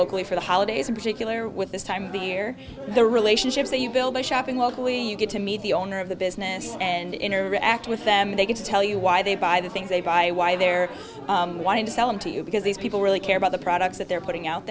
locally for the holidays in particular with this time of the year the relationships that you build the shopping locally you get to meet the owner of the business and interact with them they get to tell you why they buy the things they buy why they're wanting to sell them to you because these people really care about the products that they're putting out